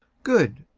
good.